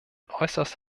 äußerst